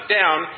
down